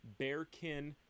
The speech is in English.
bearkin